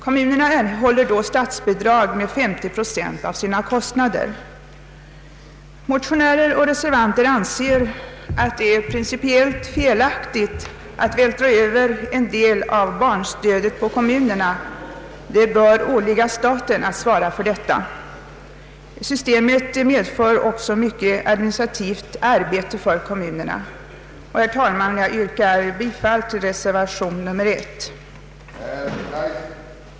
Kommunerna erhåller då statsbidrag med 50 procent av sina kostnader. Motionärer och reservanter anser att det är principiellt felaktigt att vältra över en del av barnstödet på kommunerna. Det bör åligga staten att svara för detta. Systemet medför också mycket administrativt arbete för kommunerna. Herr talman! Jag yrkar bifall till reservation 1.